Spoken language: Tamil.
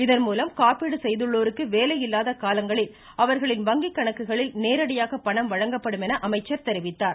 இதன்மூலம் காப்பீடு செய்துள்ளோருக்கு வேலையில்லாத காலங்களில் அவர்களின் வங்கி கணக்குகளில் நேரடியாக பணம் வழங்கப்படும் என அமைச்சர் தெரிவித்தார்